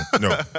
No